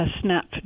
snap